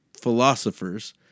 philosophers